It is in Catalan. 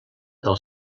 del